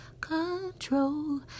control